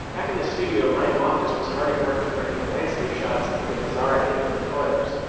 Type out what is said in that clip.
back in the studio, bryan loftus was hard at work converting the landscape shots into bizarre alien colors.